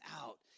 out